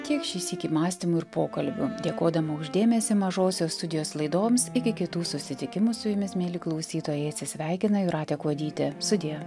tiek šį sykį mąstymų ir pokalbių dėkodama už dėmesį mažosios studijos laidoms iki kitų susitikimų su jumis mieli klausytojai atsisveikina jūratė kuodytė sudie